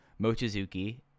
Mochizuki